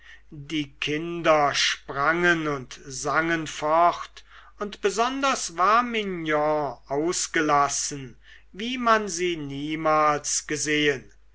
die kinder sprangen und sangen fort und besonders war mignon ausgelassen wie man sie niemals gesehen